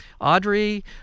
audrey